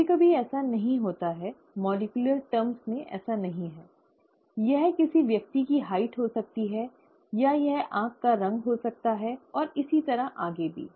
कभी कभी ऐसा नहीं होता है आणविक दृष्टि से ऐसा नहीं है यह किसी व्यक्ति की ऊंचाई हो सकती है या यह आंख का रंग हो सकता है और इसी तरह आगे भी